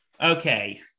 Okay